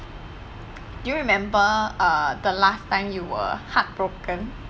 do you remember uh the last time you were heartbroken